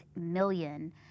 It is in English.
million